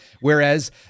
Whereas